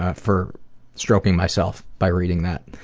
ah for stroking myself by reading that.